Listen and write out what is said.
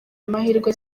amahirwe